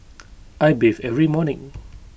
I bathe every morning